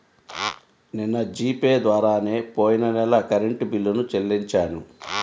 నిన్న G pay ద్వారానే పొయ్యిన నెల కరెంట్ బిల్లుని చెల్లించాను